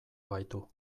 gaitu